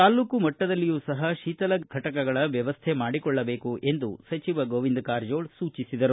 ತಾಲ್ಲೂಕು ಮಟ್ಟದಲ್ಲಿಯೂ ಸಹ ಶೀಥಲ ಫಟಕಗಳ ವ್ವವಸ್ಥೆ ಮಾಡಿಕೊಳ್ಳಬೇಕು ಎಂದು ಗೋವಿಂದ ಕಾರಜೋಳ ಸೂಚಿಸಿದರು